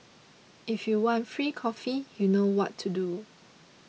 if you want free coffee you know what to do